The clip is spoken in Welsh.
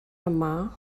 yma